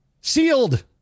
Sealed